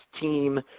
team